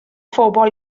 phobl